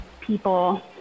people